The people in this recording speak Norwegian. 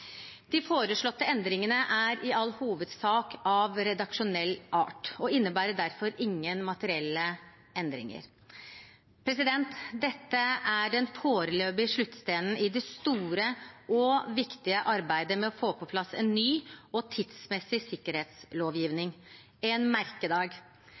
De foreslåtte endringene er i all hovedsak av redaksjonell art og innebærer derfor ingen materielle endringer. Dette er den foreløpige sluttsteinen i det store og viktige arbeidet med å få på plass en ny og tidsmessig